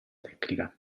tecnica